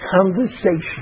conversation